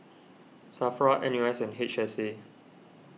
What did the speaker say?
Safra N U S and H S A